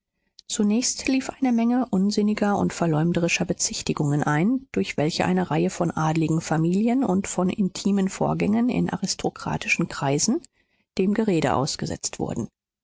zunächst lief eine menge unsinniger und verleumderischer bezichtigungen ein durch welche eine reihe von adligen familien und von intimen vorgängen in aristokratischen kreisen dem gerede ausgesetzt wurden